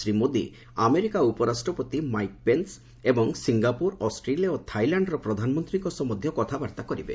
Shri Modi America ଉପରାଷ୍ଟପତି Mike Pence ଏବଂ Singapore Australia ଓ ଥାଇଲାଣ୍ଡର ପ୍ରଧାନମନ୍ତ୍ରୀଙ୍କ ସହ ମଧ୍ୟ କଥାବର୍ତ୍ତା କରିବେ